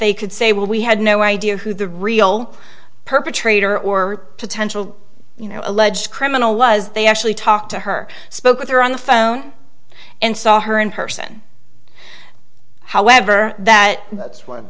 they could say well we had no idea who the real perpetrator or potential you know alleged criminal was they actually talked to her spoke with her on the phone and saw her in person however that